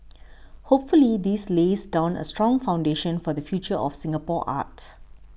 hopefully this lays down a strong foundation for the future of Singapore art